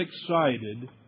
excited